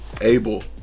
Abel